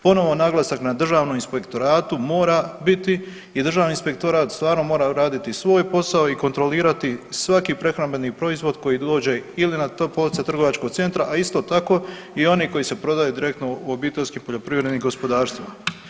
Ponovno naglasak na Državnom inspektoratu mora biti i Državni inspektorat stvarno mora raditi svoj posao i kontrolirati svaki prehrambeni proizvod koji dođe ili na police trgovačkog centra, a isto tako i oni koji se prodaju direktno u obiteljskim poljoprivrednim gospodarstvima.